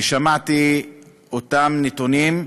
ושמעתי את אותם נתונים.